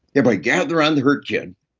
everybody gather around the hurt kid,